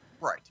right